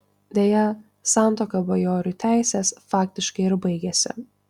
deja santuoka bajorių teisės faktiškai ir baigėsi